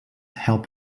help